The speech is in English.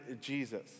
Jesus